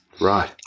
Right